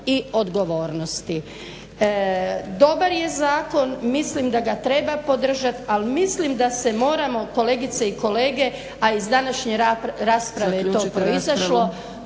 i odgovornosti. Dobar je zakon, mislim da ga treba podržat al mislim da se moramo kolegice i kolege, a iz današnje rasprave je to proizašlo,